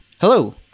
Hello